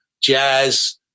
jazz